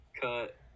Cut